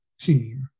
team